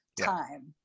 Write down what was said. time